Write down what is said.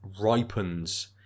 ripens